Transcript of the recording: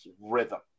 rhythm